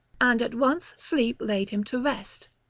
and at once sleep laid him to rest.